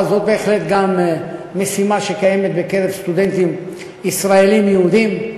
אבל זאת בהחלט משימה שקיימת גם בקרב סטודנטים ישראלים יהודים,